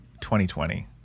2020